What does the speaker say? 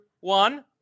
one